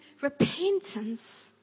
repentance